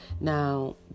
Now